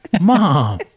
Mom